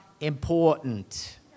important